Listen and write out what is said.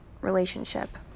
relationship